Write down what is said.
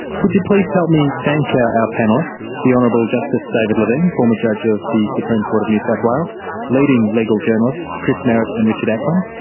would you please help me thank our ah panelists, the honourable justice david levine, former judge of the supreme court of new south wales leading legal journalists, chris merritt and richard ackland,